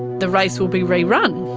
the race will be rerun.